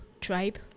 tribe